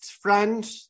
friend